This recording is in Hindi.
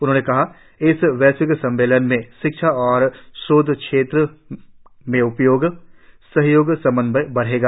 उन्होंने कहा इस वैश्विक सम्मेलन से शिक्षा और शोध क्षेत्र में उपयोगी सहयोग समन्वय बढ़ेगा